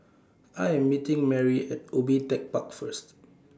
I Am meeting Merry At Ubi Tech Park First